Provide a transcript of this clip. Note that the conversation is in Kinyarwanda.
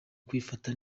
kwifata